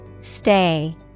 Stay